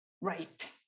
right